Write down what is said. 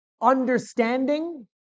understanding